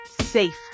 safe